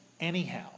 anyhow